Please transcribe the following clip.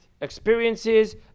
experiences